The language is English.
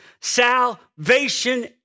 Salvation